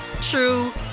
true